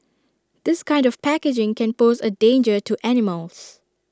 this kind of packaging can pose A danger to animals